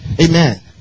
Amen